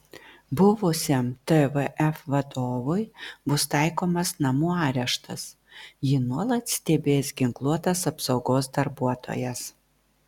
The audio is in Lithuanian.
buvusiam tvf vadovui bus taikomas namų areštas jį nuolat stebės ginkluotas apsaugos darbuotojas